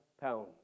pounds